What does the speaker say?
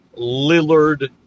Lillard